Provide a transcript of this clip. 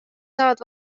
saad